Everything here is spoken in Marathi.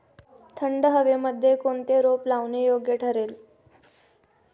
थंड हवेमध्ये कोणते रोप लावणे योग्य ठरेल?